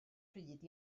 pryd